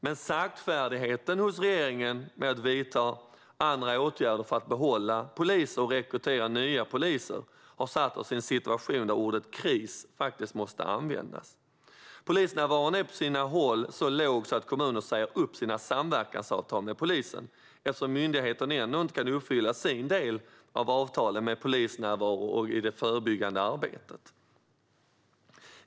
Men saktfärdigheten hos regeringen med att vidta andra åtgärder för att behålla poliser och rekrytera nya poliser har satt oss i en situation där ordet kris faktiskt måste användas. Polisnärvaron är på sina håll så låg att kommuner säger upp sina samverkansavtal med polisen eftersom myndigheten ändå inte kan uppfylla sin del av avtalen med polisnärvaro i det förebyggande arbetet.